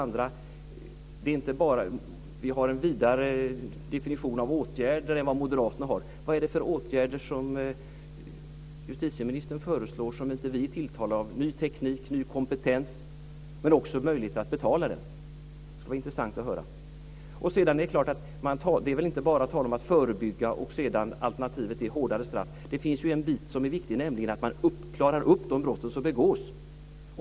När det gäller att man har en vidare definition av åtgärder än vad moderaterna har undrar jag vad det är för åtgärder som justitieministern föreslår som inte vi är tilltalade av - det handlar om ny teknik, ny kompetens men också möjlighet att betala detta. Det skulle vara intressant att höra. Sedan handlar det väl inte bara om att förebygga och om att alternativet är hårdare straff. Det finns ju en bit som är viktig, nämligen att man klarar upp de brott som begås.